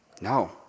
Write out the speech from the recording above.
No